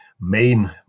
main